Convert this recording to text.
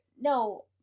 no